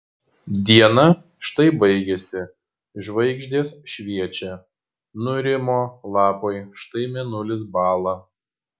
diena štai baigėsi žvaigždės šviečia nurimo lapai štai mėnulis bąla